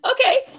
okay